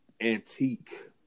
antique